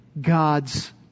God's